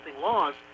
laws